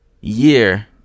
year